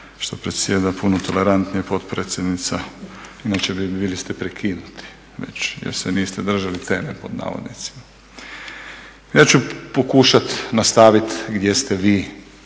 što predsjeda puno tolerantnija potpredsjednica inače bi bili prekinuti već jer se niste držali "teme" pod navodnicima. Ja ću pokušati nastaviti gdje ste vi